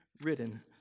ridden